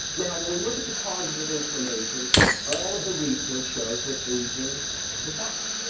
now when we look at the causes of inflammation all of the research shows that aging is a factor.